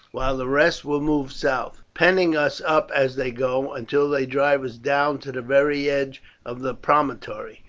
while the rest will move south, penning us up as they go, until they drive us down to the very edge of the promontory,